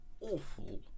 awful